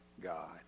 God